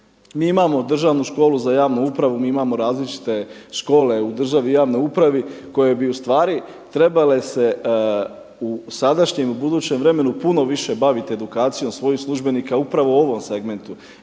Mi imamo Državnu školu za javnu upravu, mi imamo različite škole u državi u javnoj upravi koje bi ustvari trebale se u sadašnjem i u budućem vremenu puno više baviti edukacijom svojih službenika upravo u ovom segmentu.